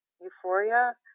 euphoria